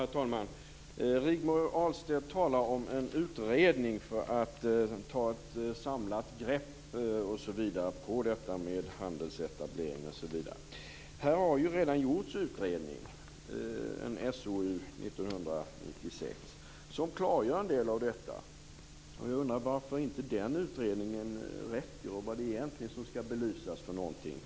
Herr talman! Rigmor Ahlstedt talar om en utredning som skall ta ett samlat grepp på handelsetableringar. Det har ju redan gjorts en utredning, en SOU 1996, som har klargjort en del av detta. Jag undrar varför inte den utredningen räcker och vad det egentligen är som skall belysas.